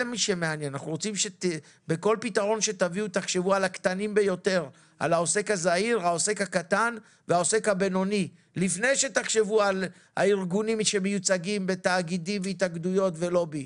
בכל פתרון תחשבו על העוסק הזעיר לפני שתחשבו על ארגונים שמיוצגים בלובי.